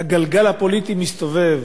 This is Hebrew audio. הגלגל הפוליטי מסתובב.